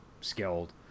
skilled